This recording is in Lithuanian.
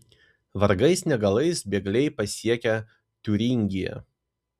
vargais negalais bėgliai pasiekia tiuringiją